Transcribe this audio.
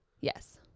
yes